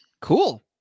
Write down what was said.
Cool